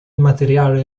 materiale